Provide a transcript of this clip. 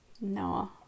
No